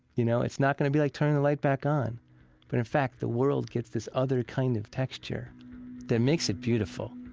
you know? it's not going to be like turning the light back on, but in fact, the world gets this other kind of texture that makes it beautiful.